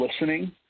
listening